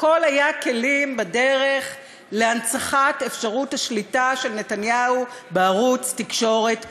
הכול היה כלים בדרך להנצחת אפשרות השליטה של נתניהו בערוץ תקשורת נוסף.